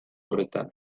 horretan